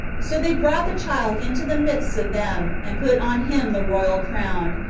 so they brought the child into the midst of them, and put on him the royal crown,